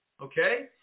Okay